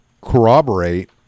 corroborate